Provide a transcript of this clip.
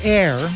air